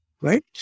Right